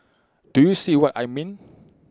do you see what I mean